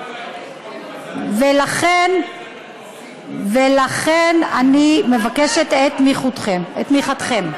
ולכן אני מבקשת את תמיכתכם.